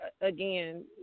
again